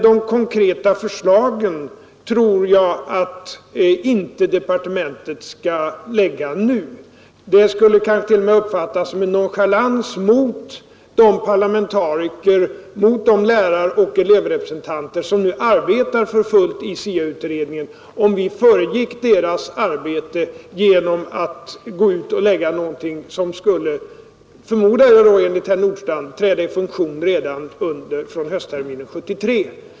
De konkreta förslagen tror jag däremot att departementet inte skall lägga nu. Det skulle kanske t.o.m. uppfattas som en nonchalans mot de parlamentariker och de läraroch elevrepresentanter som nu arbetar för fullt i SIA-utredningen, om vi föregrep deras arbete genom att lägga någonting som — förmodar jag att herr Nordstrandh menar — skulle träda i funktion redan fr.o.m. höstterminen 1973.